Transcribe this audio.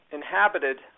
inhabited